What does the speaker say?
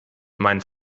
mein